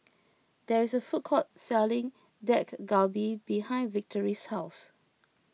there is a food court selling Dak Galbi behind Victory's house